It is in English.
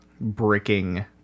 bricking